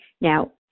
Now